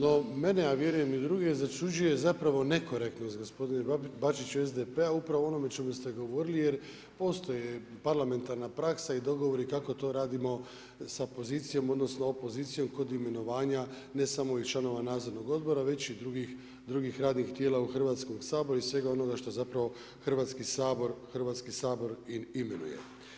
No mene, a vjerujem i druge, začuđuje zapravo nekorektnost gospodine Bačiću SDP-a upravo u onome o čemu ste govorili, jer postoji parlamentarna praksa i dogovori kako to radimo sa pozicijom odnosno opozicijom kod imenovanja ne samo članova Nadzornog odbora već i drugih radnih tijela Hrvatskoga sabora i svega onoga što zapravo Hrvatski imenuje.